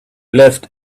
left